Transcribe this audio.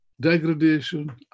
degradation